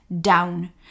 down